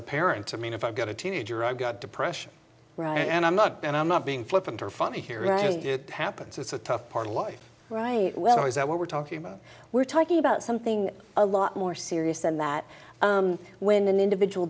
a parent i mean if i've got a teenager i've got depression and i'm not and i'm not being flippant or funny here and it happens it's a tough part of life right well is that what we're talking about we're talking about something a lot more serious than that when an individual